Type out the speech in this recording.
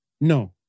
No